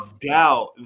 doubt